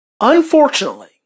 Unfortunately